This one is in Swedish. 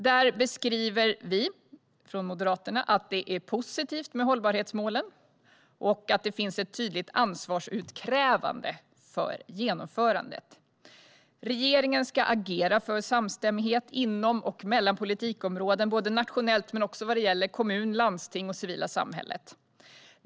Där beskriver Moderaterna att det är positivt med hållbarhetsmålen och att det finns ett tydligt ansvarsutkrävande för genomförandet. Regeringen ska agera för samstämmighet inom och mellan politikområden såväl nationellt som i kommuner, landsting och civilsamhälle.